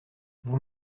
vous